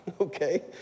okay